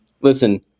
listen